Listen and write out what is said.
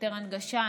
יותר הנגשה.